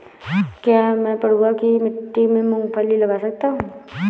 क्या मैं पडुआ की मिट्टी में मूँगफली लगा सकता हूँ?